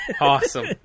Awesome